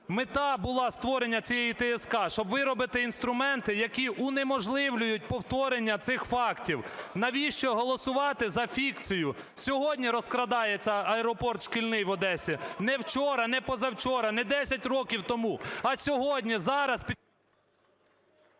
Мета була створення цієї ТСК, щоб виробити інструменти, які унеможливлюють повторення цих фактів. Навіщо голосувати за фікцію? Сьогодні розкрадається аеропорт "Шкільний" в Одесі. Ні вчора, ні позавчора, ні 10 років тому, а сьогодні, зараз…